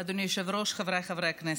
אדוני היושב-ראש, חבריי חברי הכנסת,